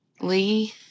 Lee